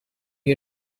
you